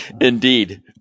Indeed